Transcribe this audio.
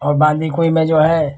और बांदीकुई में जो है